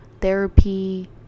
therapy